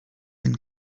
been